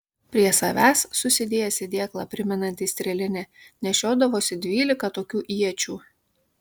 prie savęs susidėjęs į dėklą primenantį strėlinę nešiodavosi dvylika tokių iečių